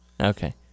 Okay